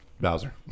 Bowser